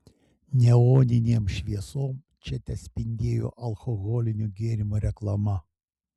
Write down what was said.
neoninėm šviesom čia tespindėjo alkoholinių gėrimų reklama